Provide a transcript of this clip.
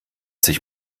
sich